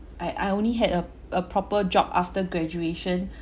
I I only had a a proper job after graduation